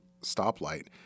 stoplight